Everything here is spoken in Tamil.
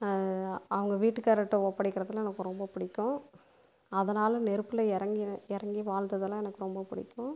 அவங்க வீட்டு காரர்கிட்ட ஒப்படைக்கிறதுனா எனக்கு ரொம்ப பிடிக்கும் அதனால் நெருப்பில் இறங்கி இறங்கி வாழ்ந்ததெல்லாம் எனக்கு ரொம்ப பிடிக்கும்